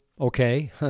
okay